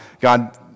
God